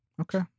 Okay